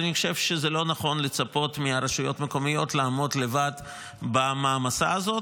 אני חושב שזה לא נכון לצפות מהרשויות המקומיות לעמוד לבד במעמסה הזאת.